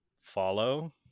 follow